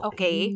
Okay